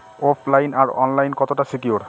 ওফ line আর online কতটা secure?